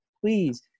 please